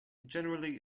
generally